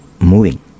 moving